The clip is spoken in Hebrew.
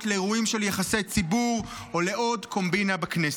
לאירועים של יחסי ציבור או לעוד קומבינה בכנסת.